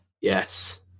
Yes